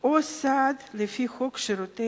או סעד לפי חוק שירותי